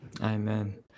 Amen